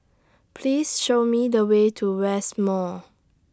Please Show Me The Way to West Mall